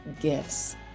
gifts